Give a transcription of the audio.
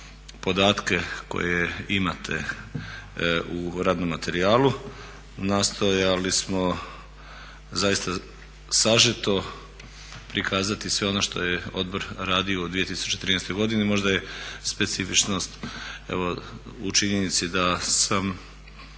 podatke koje imate u radnom materijalu. Nastojali smo zaista sažeto prikazati sve ono što je odbor radio u 2013. godini. Možda je specifičnost u činjenici da sam